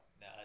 no